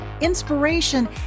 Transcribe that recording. inspiration